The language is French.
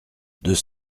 deux